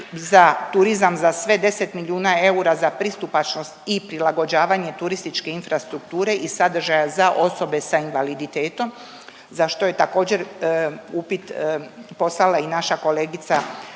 za turizam za sve 10 milijuna eura za pristupačnost i prilagođavanje turističke infrastrukture i sadržaja za osobe s invaliditetom, za što je također, upit poslala i naša kolegica